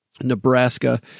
Nebraska